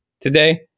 Today